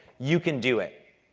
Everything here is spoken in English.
you can do it.